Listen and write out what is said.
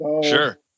Sure